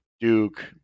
Duke